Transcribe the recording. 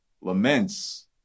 laments